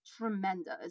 tremendous